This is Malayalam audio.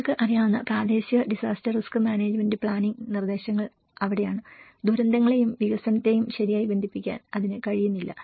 നിങ്ങൾക്ക് അറിയാവുന്ന പ്രാദേശിക ഡിസാസ്റ്റർ റിസ്ക് മാനേജ്മെന്റ് പ്ലാനിംഗ് മാർഗ്ഗനിർദ്ദേശങ്ങൾ അവിടെയാണ് ദുരന്തങ്ങളെയും വികസനത്തെയും ശരിയായി ബന്ധിപ്പിക്കാൻ അതിന് കഴിയുന്നില്ല